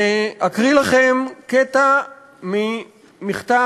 להקריא לכם קטע ממכתב